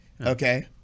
okay